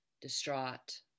distraught